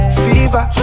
fever